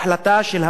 לצערי הרב,